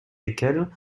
lesquelles